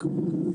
רק.